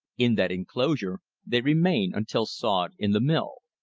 in that enclosure they remain until sawed in the mill.